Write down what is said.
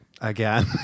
again